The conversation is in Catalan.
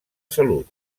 salut